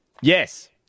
Yes